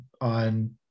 on